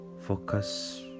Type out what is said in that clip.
focus